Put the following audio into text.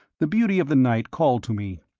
the beauty of the night called to me,